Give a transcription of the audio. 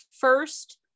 first